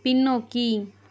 பின்னோக்கி